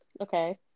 Okay